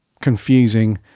confusing